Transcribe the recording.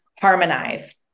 harmonize